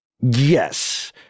Yes